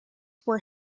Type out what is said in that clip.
were